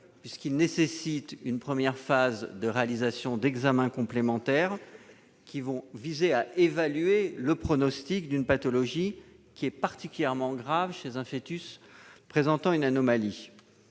long. Il nécessite une première phase de réalisation d'examens complémentaires afin d'évaluer le pronostic d'une pathologie particulièrement grave chez un foetus présentant une anomalie.